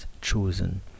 chosen